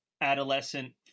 adolescent